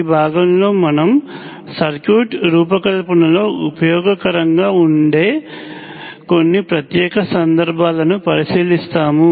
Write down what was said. ఈ భాగంలో మనం సర్క్యూట్ రూపకల్పనలో ఉపయోగకరంగా ఉండే కొన్ని ప్రత్యేక సందర్భాలను పరిశీలిస్తాము